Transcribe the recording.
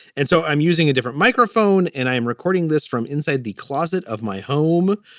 and so i'm using a different microphone and i am recording this from inside the closet of my home.